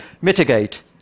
mitigate